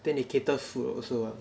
then 你 cater food also